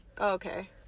Okay